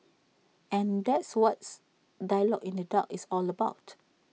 and that's what's dialogue in the dark is all about